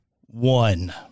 One